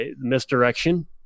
misdirection